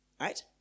Right